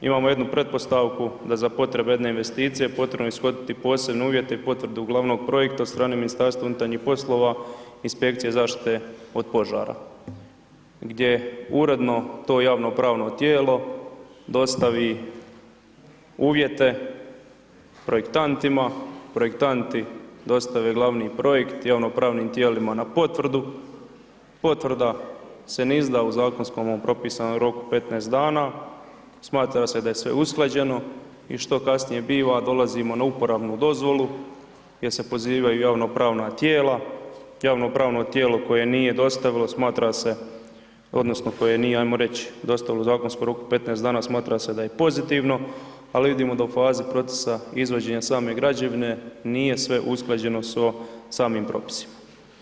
Imamo jednu pretpostavku da za potrebe jedne investicije potrebno je ishoditi posebne uvjete i potvrdu glavnog projekta od strane Ministarstva unutarnjih poslova, Inspekcije zaštite od požara, gdje uredno to javno-pravno tijelo dostavi uvjete projektantima, projektanti dostave glavni projekt javno-pravni tijelima na potvrdu, potvrda se ne izda u zakonskomu propisanom roku 15 dana, smatra se da je sve usklađeno i što kasnije biva?, dolazimo na uporabnu dozvolu gdje se pozivaju javno-pravna tijela, javno-pravno tijelo koje nije dostavilo smatra se, odnosno koje nije ajmo reć' dostavilo u zakonskom roku 15 dana, smatra se da je pozitivno, ali vidimo da u fazi procesa izvođenja same građevine nije sve usklađeno sa samim propisima.